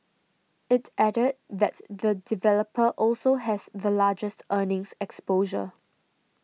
it added that the developer also has the largest earnings exposure